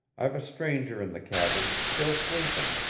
i've a stranger in the cabin, still sleeping,